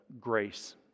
grace